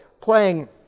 playing